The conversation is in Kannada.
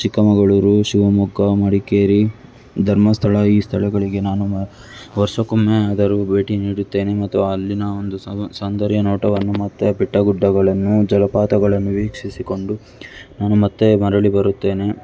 ಚಿಕ್ಕಮಗಳೂರು ಶಿವಮೊಗ್ಗ ಮಡಿಕೇರಿ ಧರ್ಮಸ್ಥಳ ಈ ಸ್ಥಳಗಳಿಗೆ ನಾನು ವರ್ಷಕ್ಕೊಮ್ಮೆಯಾದರೂ ಭೇಟಿ ನೀಡುತ್ತೇನೆ ಮತ್ತು ಅಲ್ಲಿನ ಒಂದು ಸೌಂದರ್ಯ ನೋಟವನ್ನು ಮತ್ತು ಬೆಟ್ಟ ಗುಡ್ಡಗಳನ್ನು ಜಲಪಾತಗಳನ್ನು ವೀಕ್ಷಿಸಿಕೊಂಡು ನಾನು ಮತ್ತು ಮರಳಿ ಬರುತ್ತೇನೆ